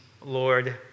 Lord